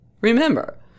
Remember